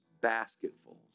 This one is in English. basketfuls